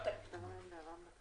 אלא של התקנות הכלליות,